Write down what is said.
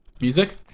Music